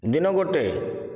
ଦିନ ଗୋଟିଏ